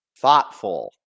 thoughtful